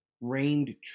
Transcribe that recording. reigned